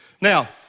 Now